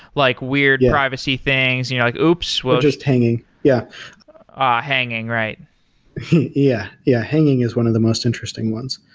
like weird privacy things. you know like oops, well or just hanging. yeah hanging, right yeah. yeah. hanging is one of the most interesting ones,